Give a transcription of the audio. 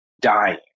dying